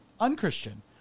un-Christian